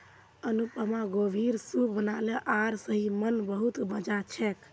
अनुपमा गोभीर सूप बनाले आर सही म न बहुत मजा छेक